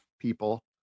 people